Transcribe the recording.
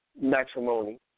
matrimony